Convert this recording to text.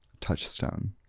Touchstone